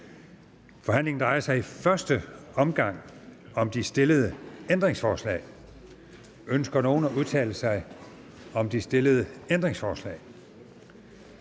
Forhandlingen drejer sig i første omgang om de stillede ændringsforslag. Ønsker nogen at udtale sig? Da det ikke er tilfældet,